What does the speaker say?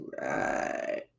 Right